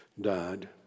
died